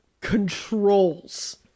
controls